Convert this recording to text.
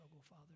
Father